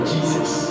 Jesus